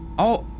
oh